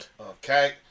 Okay